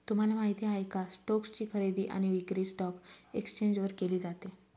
तुम्हाला माहिती आहे का? स्टोक्स ची खरेदी आणि विक्री स्टॉक एक्सचेंज वर केली जाते